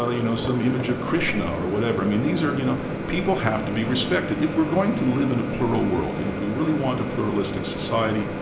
ah you know, some image of krishna or whatever. i mean, these are, you know people have to be respected. if we're going to live in a plural world and if we really want a pluralistic society,